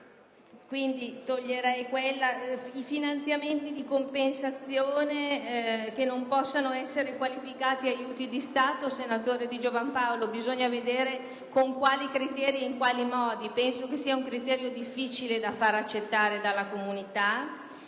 quanto riguarda i finanziamenti di compensazione che non possano essere qualificati aiuti di Stato, senatore Di Giovan Paolo, bisogna vedere con quali criteri e in quali modi. Penso sia un criterio difficile da far accettare dall'Unione